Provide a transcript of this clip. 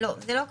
לא, זה לא כתוב.